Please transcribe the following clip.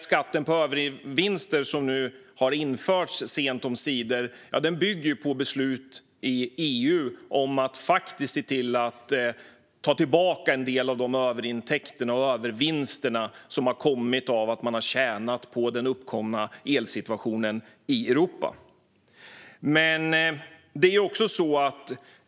Skatten på övervinster, som nu sent omsider har införts, bygger på beslut i EU om att faktiskt se till att ta tillbaka en del av de överintäkter och övervinster som har uppstått genom den uppkomna elsituationen i Europa.